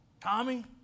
Tommy